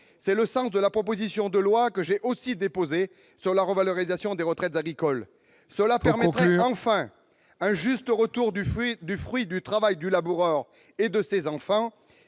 C'est le sens de la proposition de loi que j'ai aussi déposée sur la revalorisation des retraites agricoles. Il faut conclure, mon cher collègue. Cela permettrait enfin un juste retour du fruit du travail du laboureur et de ses enfants